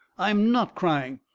i'm not crying!